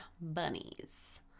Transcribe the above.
bunnies